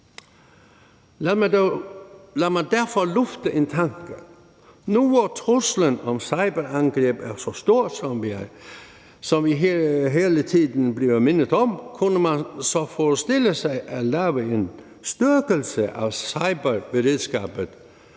Lad mig derfor lufte en tanke nu, hvor truslen om cyberangreb er så stor, som vi hele tiden bliver mindet om: Kunne man forestille sig at lave en styrkelse af cyberberedskabet